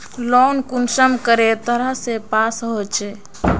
Loan कुंसम करे तरह से पास होचए?